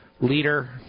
Leader